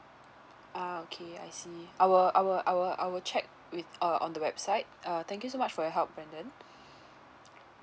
ah okay I see I will I will I will I will check with uh on the website uh thank you so much for your help brendan